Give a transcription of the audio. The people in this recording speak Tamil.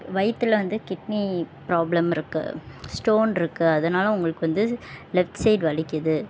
வயிற்றுல வந்து கிட்னி ப்ராப்ளம் இருக்குது ம் ஸ்டோன் இருக்குது அதனால உங்களுக்கு வந்து லெஃப்ட் சைட் வலிக்குது